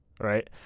Right